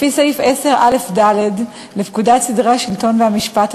לפי סעיף 10א(ד) לפקודת סדרי השלטון והמשפט,